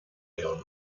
león